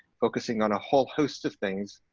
focusing on a whole host of things,